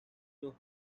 low